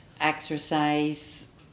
exercise